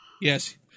Yes